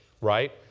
Right